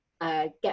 Get